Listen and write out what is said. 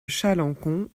chalencon